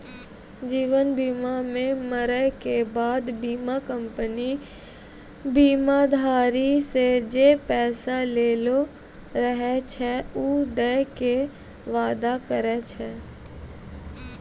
जीवन बीमा मे मरै के बाद बीमा कंपनी बीमाधारी से जे पैसा लेलो रहै छै उ दै के वादा करै छै